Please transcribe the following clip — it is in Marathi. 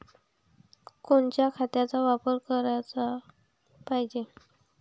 कोनच्या खताचा वापर कराच पायजे?